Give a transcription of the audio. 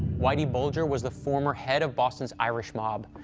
whitey bulger was the former head of boston's irish mob.